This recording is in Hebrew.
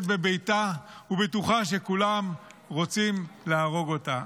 בביתה ובטוחה שכולם רוצים להרוג אותה.